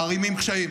מערימים קשיים,